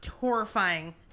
horrifying